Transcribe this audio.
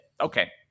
Okay